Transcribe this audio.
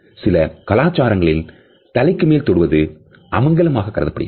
சில கலாச்சாரங்களில் தலைக்குமேல் தொடுவது அமங்கலமாக கருதப்படுகிறது